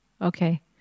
Okay